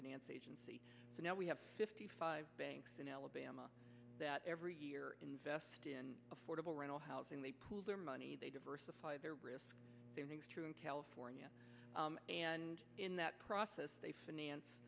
finance agency so now we have fifty five banks in alabama that every year invest in affordable rental housing they pool their money they diversify their risk savings through in california and in that process they finance